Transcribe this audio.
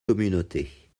communautés